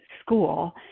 school